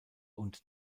und